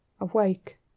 awake